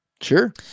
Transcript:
Sure